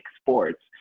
sports